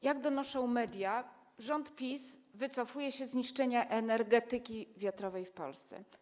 Jak donoszą media, rząd PiS wycofuje się z niszczenia energetyki wiatrowej w Polsce.